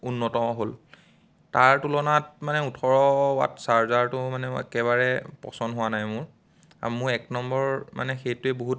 উন্নত হ'ল তাৰ তুলনাত মানে ওঠৰ ৱাট চাৰ্জাৰটো মানে মোৰ একেবাৰে পচন্দ হোৱা নাই মোৰ মোৰ এক নম্বৰ মানে সেইটোৱেই বহুত